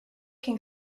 can